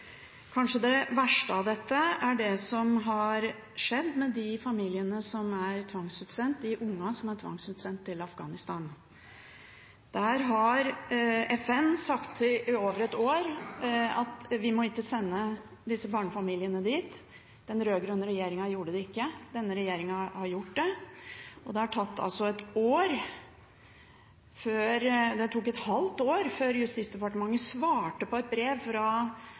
Kanskje det verste av dette er det som har skjedd med de familiene som er tvangsutsendt, de ungene som er tvangsutsendt, til Afghanistan. FN har sagt i over et år at vi ikke må sende disse barnefamiliene dit. Den rød-grønne regjeringen gjorde det ikke, denne regjeringen har gjort det, og det tok et halvt år før Justisdepartementet svarte på et brev fra